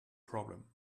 problem